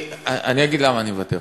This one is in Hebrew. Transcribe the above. אני אגיד למה אני מוותר עליה: